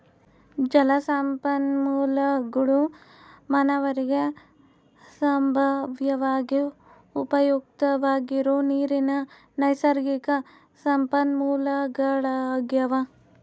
ಜಲಸಂಪನ್ಮೂಲಗುಳು ಮಾನವರಿಗೆ ಸಂಭಾವ್ಯವಾಗಿ ಉಪಯುಕ್ತವಾಗಿರೋ ನೀರಿನ ನೈಸರ್ಗಿಕ ಸಂಪನ್ಮೂಲಗಳಾಗ್ಯವ